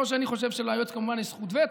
לא שאני חושב שליועץ, כמובן, יש זכות וטו.